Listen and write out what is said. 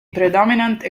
predominant